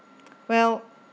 well